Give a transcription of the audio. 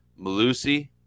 Malusi